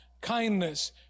kindness